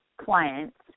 clients